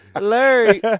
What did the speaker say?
Larry